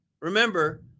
remember